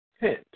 Hint